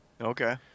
Okay